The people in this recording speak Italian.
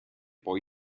poi